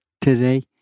today